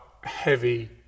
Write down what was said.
heavy